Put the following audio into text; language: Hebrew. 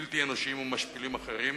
בלתי אנושיים ומשפילים אחרים,